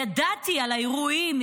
ידעתי על האירועים,